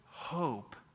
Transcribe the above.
Hope